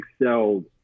excelled